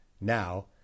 Now